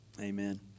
Amen